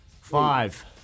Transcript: Five